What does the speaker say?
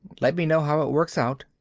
let me know how it works out.